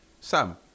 Sam